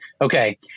okay